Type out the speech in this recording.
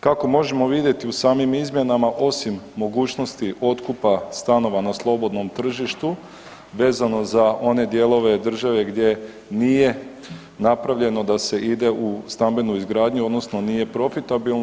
Kako možemo vidjeti u samim izmjenama, osim mogućnosti otkupa stanova na slobodnom tržištu, vezano za one dijelove države gdje nije napravljeno da se ide u stambenu izgradnju odnosno nije profitabilno.